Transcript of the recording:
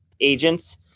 agents